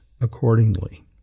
accordingly